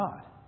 God